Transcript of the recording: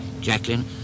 Jacqueline